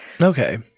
Okay